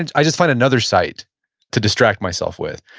and i'd just find another site to distract myself with.